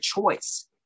choice